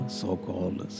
so-called